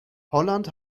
holland